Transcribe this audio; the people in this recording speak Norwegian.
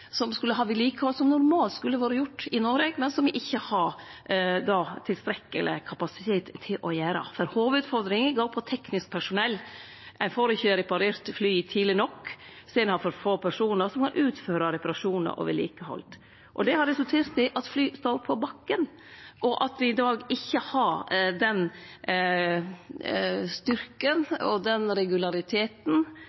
som skulle ha vedlikehald, noko som normalt skulle vore gjort i Noreg, men som me ikkje har tilstrekkeleg kapasitet til å gjere. Hovudutfordringa handlar om teknisk personell: Ein får ikkje reparert flya tidleg nok sidan ein har for få personar som kan utføre reparasjonar og vedlikehald. Det har resultert i at fly står på bakken, og at me i dag ikkje har den styrken